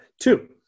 Two